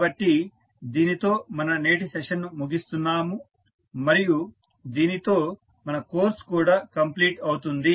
కాబట్టి దీనితో మన నేటి సెషన్ను ముగిస్తున్నాము మరియు దీనితో మన కోర్సు కూడా కంప్లీట్ అవుతుంది